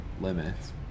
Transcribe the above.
limits